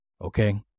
Okay